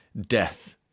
death